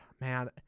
man